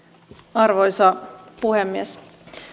arvoisa puhemies